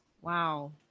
Wow